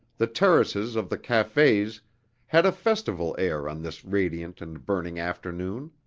the terraces of the cafes had a festival air on this radiant and burning afternoon.